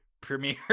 Premiere